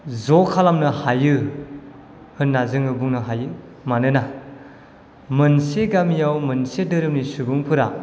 ज' खालामनो हायो होनना जोङो बुंनो हायो मानोना मोनसे गामियाव मोनसे धाेरोमनि सुबुंफोरा